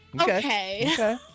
Okay